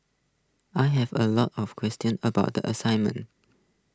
I have A lot of questions about the assignment